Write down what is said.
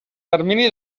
termini